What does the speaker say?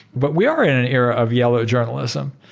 but we are in an era of yellow journalism.